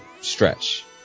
stretch